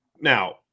now